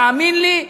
תאמין לי,